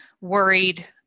worried